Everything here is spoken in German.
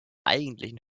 eigentlichen